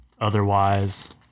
otherwise